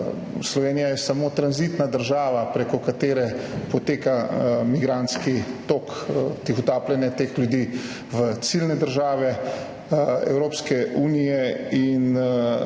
Slovenija je samo tranzitna država, prek katere poteka migrantski tok tihotapljenja teh ljudi v ciljne države Evropske unije.